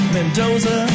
Mendoza